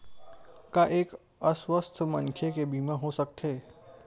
का एक अस्वस्थ मनखे के बीमा हो सकथे?